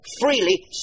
freely